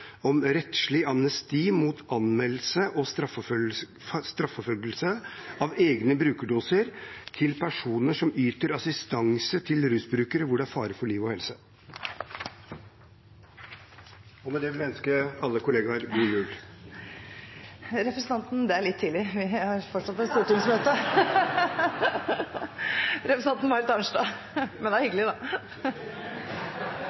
om rettslig amnesti mot anmeldelse og straffeforfølgelse av egne brukerdoser til personer som yter assistanse til rusbrukere hvor det er fare for liv og helse. Med det vil jeg ønske alle kollegaer god jul. Det er litt tidlig. Vi har fortsatt et stortingsmøte, men det var hyggelig, da. Representanten Marit Arnstad